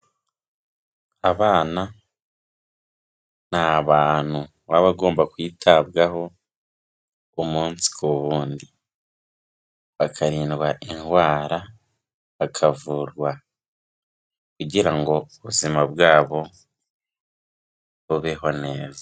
Abana n'abantu baba bagomba kwitabwaho umunsi ku wundi, bakarindwa indwara bakavurwa kugira ngo ubuzima bwabo bubeho neza.